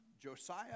Josiah